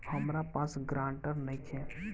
हमरा पास ग्रांटर नइखे?